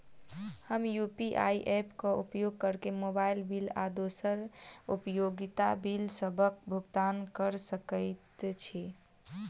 हम UPI app क उपयोग करके मोबाइल बिल आ दोसर उपयोगिता बिलसबक भुगतान कर सकइत छि